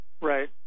Right